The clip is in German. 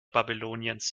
babyloniens